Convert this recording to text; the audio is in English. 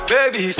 Baby